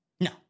No